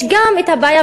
יש גם בעיה,